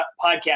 podcast